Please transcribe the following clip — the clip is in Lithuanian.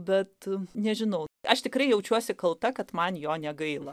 bet nežinau aš tikrai jaučiuosi kalta kad man jo negaila